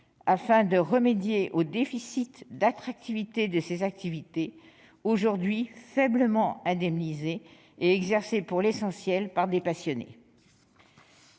afin de remédier au déficit d'attractivité de ces activités, aujourd'hui faiblement indemnisées et exercées pour l'essentiel par des passionnés.